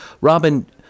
Robin